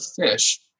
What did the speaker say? fish